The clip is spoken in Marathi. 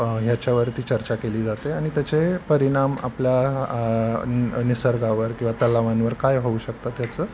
याच्यावरती चर्चा केली जाते आणि त्याचे परिणाम आपल्या निसर्गावर किंवा तलावांवर काय होऊ शकतात याचं